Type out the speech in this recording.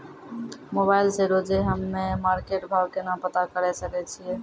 Mobile से रोजे हम्मे मार्केट भाव केना पता करे सकय छियै?